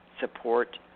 support